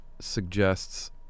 suggests